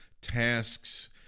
tasks